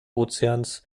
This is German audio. ozeans